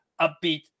upbeat